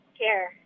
care